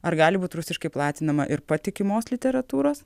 ar gali būt rusiškai platinama ir patikimos literatūros